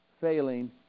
failing